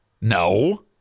No